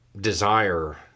desire